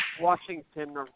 Washington